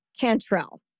Cantrell